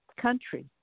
country